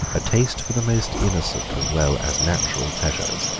a taste for the most innocent as well as natural pleasures,